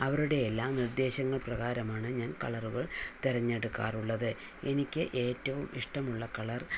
അവരുടെയെല്ലാം നിർദ്ദേശങ്ങൾ പ്രകാരമാണ് ഞാൻ കളറുകൾ തെരഞ്ഞെടുക്കാറുള്ളത് എനിക്ക് ഏറ്റവും ഇഷ്ടമുള്ള കളർ